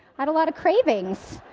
had a lot of cravings.